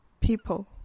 people